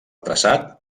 traçat